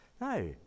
No